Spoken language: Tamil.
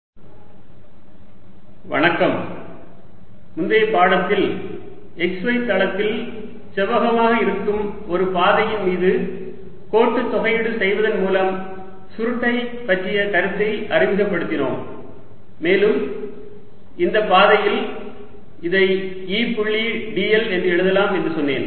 ஒரு புலத்தின் சுருட்டை II ஸ்டோக்ஸ் தேற்றம் முந்தைய பாடத்தில் xy தளத்தில் செவ்வகமாக இருக்கும் ஒரு பாதையின் மீது கோட்டுத் தொகையீடு செய்வதன் மூலம் சுருட்டை பற்றிய கருத்தை அறிமுகப்படுத்தினோம் மேலும் இந்த பாதையில் இதை E புள்ளி dl என்று எழுதலாம் என்று சொன்னேன்